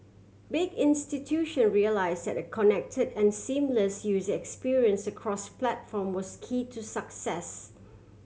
big institution realise that a connected and seamless user experience across platform was key to success